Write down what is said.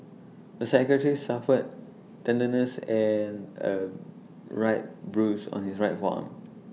the psychiatrist suffered tenderness and A right bruise on his right forearm